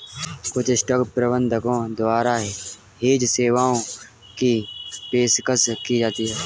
कुछ स्टॉक प्रबंधकों द्वारा हेज सेवाओं की पेशकश की जाती हैं